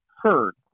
heard